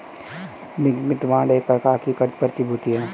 निगमित बांड एक प्रकार की क़र्ज़ प्रतिभूति है